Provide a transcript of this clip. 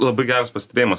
labai geras pastebėjimas